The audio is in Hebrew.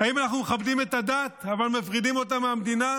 האם אנחנו מכבדים את הדת אבל מפרידים אותה מהמדינה?